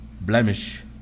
blemish